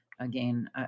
Again